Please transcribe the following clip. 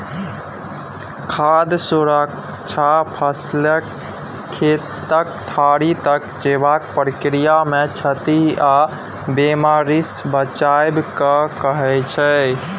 खाद्य सुरक्षा फसलकेँ खेतसँ थारी तक जेबाक प्रक्रियामे क्षति आ बेमारीसँ बचाएब केँ कहय छै